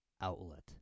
outlet